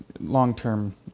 long-term